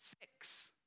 Six